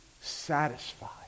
satisfied